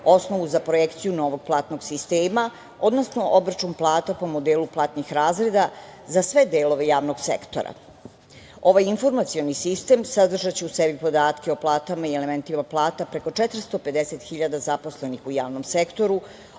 osnovu za projekciju novog platnog sistema, odnosno obračun plata po modelu platnih razreda za sve delove javnog sektora. Ovaj informacioni sistem sadržaće u sebi podatke o platama i elementima plata preko 450.000 zaposlenih u javnom sektoru,